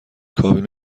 کابین